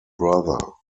brother